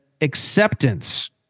acceptance